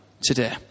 today